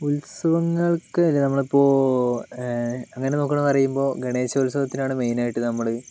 ഉത്സവങ്ങൾക്ക് അല്ലെ നമ്മളിപ്പോൾ എങ്ങനെ നോക്കണം എന്ന് പറയുമ്പോൾ ഗണേശ ഉത്സവത്തിലാണ് മെയ്നായിട്ട് നമ്മൾ